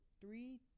three